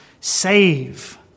save